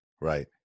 Right